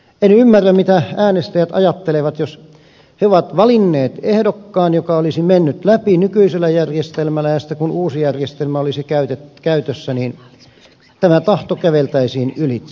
en ymmärrä mitä äänestäjät ajattelevat jos he ovat valinneet ehdokkaan joka olisi mennyt läpi nykyisellä järjestelmällä ja sitten kun uusi järjestelmä olisi käytössä niin tämä tahto käveltäisiin ylitse